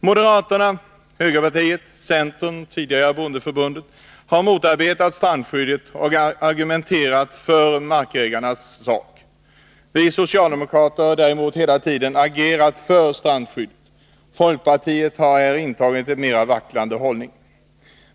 Moderaterna, tidigare högerpartiet, och centern, tidigare bondeförbundet, har motarbetat strandskyddet och argumenterat för markägarnas sak. Vi socialdemokrater har däremot hela tiden agerat för strandskyddet. Folkpartiet har intagit en mera vacklande hållning.